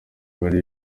bari